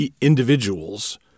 individuals